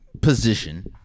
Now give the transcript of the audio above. position